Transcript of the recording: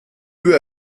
peu